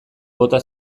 bota